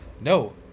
no